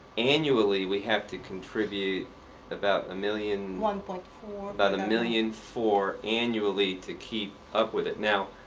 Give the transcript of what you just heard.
annually, we have to contribute about a million. one point four. about a million four annually to keep up with it. now,